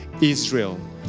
Israel